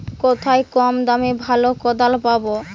কোথায় কম দামে ভালো কোদাল পাব?